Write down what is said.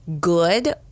good